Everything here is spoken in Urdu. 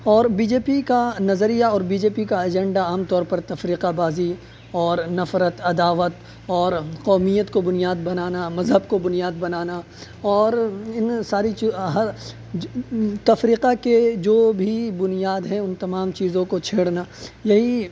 اور بی جے پی کا نظریہ اور بی جے پی کا ایجنڈا عام طور پر تفرقہ بازی اور نفرت عداوت اور قومیت کو بنیاد بنانا مذہب کو بنیاد بنانا اور ان ساری تفرقہ کے جو بھی بنیاد ہیں ان تمام چیزوں کو چھیڑنا یہی